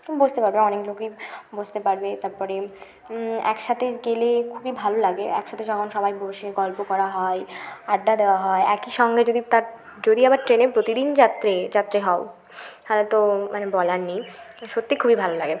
বসতে পারবে অনেক লোকই বসতে পারবে তারপরে একসাথে গেলে খুবই ভালো লাগে একসাথে যখন সবাই বসে গল্প করা হয় আড্ডা দেওয়া হয় একই সঙ্গে যদি তার যদি আবার ট্রেনের প্রতিদিন যাত্রী যাত্রী হও তাহলে তো মানে বলার নেই সত্যি খুবই ভালো লাগে